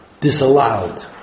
disallowed